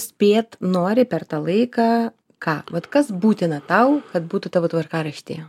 spėt nori per tą laiką ką vat kas būtina tau kad būtų tavo tvarkaraštyje